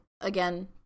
again